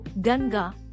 Ganga